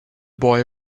boy